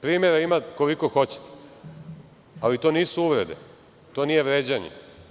Primera ima koliko hoćete, ali to nisu uvrede, to nije vređanje.